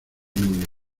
miden